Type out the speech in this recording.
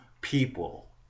people